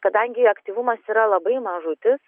kadangi aktyvumas yra labai mažutis